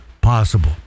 possible